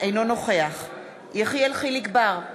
אינו נוכח יחיאל חיליק בר,